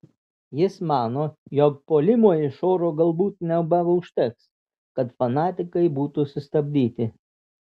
jis mano jog puolimo iš oro galbūt nebeužteks kad fanatikai būtų sustabdyti